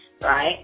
right